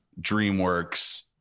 DreamWorks